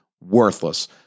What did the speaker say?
worthless